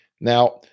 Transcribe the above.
Now